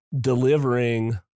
delivering